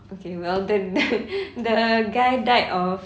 okay well then the guy died of